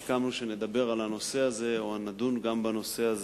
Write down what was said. סיכמנו שנדבר על הנושא הזה או נדון בו גם בעתיד,